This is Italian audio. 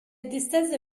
distese